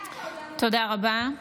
תודה רבה.